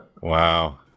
Wow